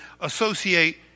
associate